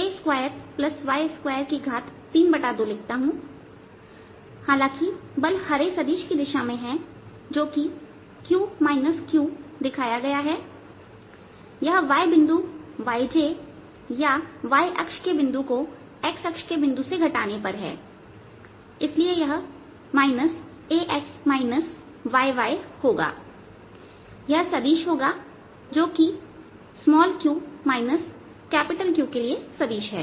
a2y232लिखता हूं हालांकि बल हरे सदिश की दिशा में है जो कि q Q दिखाया गया है यह y बिंदु yj या yअक्ष के बिंदु को x अक्ष के बिंदु से घटाने पर है इसलिए यह ax yy होगा यह सदिश होगा जो कि q Q के लिए सदिश है